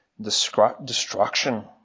destruction